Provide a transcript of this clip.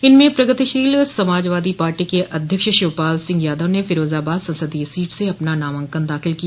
इनमें प्रगतिशील समाजवादी पॉर्टी के अध्यक्ष शिवपाल सिंह यादव ने फिरोजाबाद संसदीय सीट से आज अपना नामांकन दाखिल किया